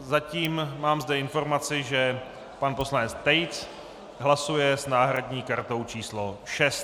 Zatím mám zde informaci, že pan poslanec Tejc hlasuje s náhradní kartou číslo 6.